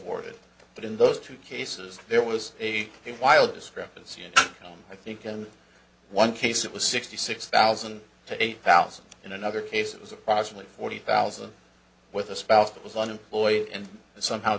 awarded but in those two cases there was a while discrepancy and i think in one case it was sixty six thousand to eight thousand in another case it was approximately forty thousand with a spouse that was unemployed and somehow